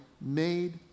made